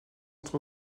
entre